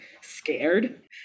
scared